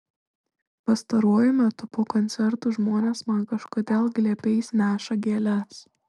pastaruoju metu po koncertų žmonės man kažkodėl glėbiais neša gėles